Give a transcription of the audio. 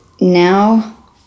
now